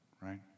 right